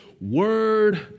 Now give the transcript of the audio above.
Word